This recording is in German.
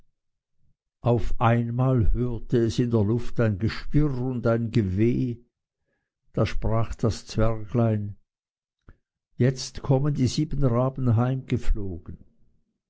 auf einmal hörte es in der luft ein geschwirr und ein geweh da sprach das zwerglein jetzt kommen die herren raben